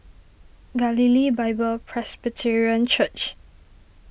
Galilee Bible Presbyterian Church